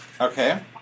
Okay